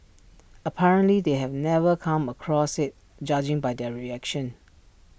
apparently they have never come across IT judging by their reaction